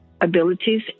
abilities